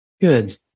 Good